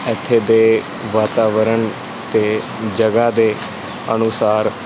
ਇੱਥੇ ਦੇ ਵਾਤਾਵਰਣ ਅਤੇ ਜਗ੍ਹਾਂ ਦੇ ਅਨੁਸਾਰ